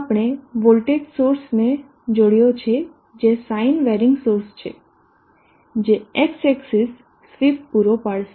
આપણે વોલ્ટેજ સોર્સને જોડયો છે જે સાઇન વેરિંગ સોર્સ છે જે X એક્સીસ સ્વીપ પૂરો પાડશે